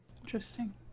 interesting